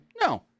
no